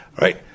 right